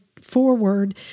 forward